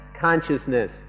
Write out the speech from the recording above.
consciousness